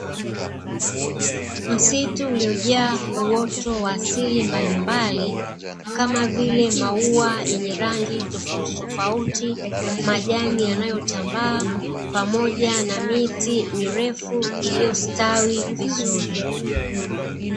Msitu uliojaa uoto wa asili mbalimbali kama vile mauwa yenye rangi tofauti tofauti, majani yanayo tambaa pamoja na miti mirefu iiyostawi vizuri.